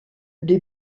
des